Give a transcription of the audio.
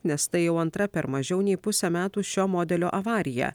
nes tai jau antra per mažiau nei pusę metų šio modelio avarija